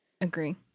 Agree